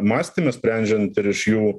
mąstymas sprendžiant ir iš jų